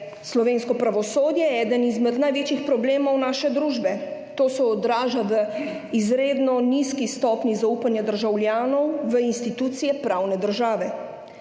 slovensko pravosodje eden izmed največjih problemov naše družbe. To se odraža v izredno nizki stopnji zaupanja državljanov v institucije pravne države.